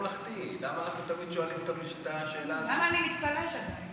בתחילת דבריי אני רוצה לשלוח תנחומים למשפחת אל-אטרש במות יקירם אמיר,